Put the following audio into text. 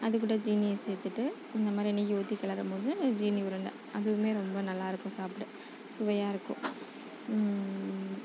அதுக்கூட ஜீனியை சேர்த்துட்டு இந்தமாதிரி நெய் ஊற்றி கிளறும் போது அது ஜீனி உருண்டை அதுவுமே ரொம்ப நல்லாயிருக்கும் சாப்பிட சுவையாக இருக்கும்